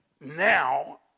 now